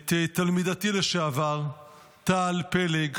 את תלמידתי לשעבר טל פלג,